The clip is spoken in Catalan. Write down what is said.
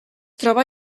troba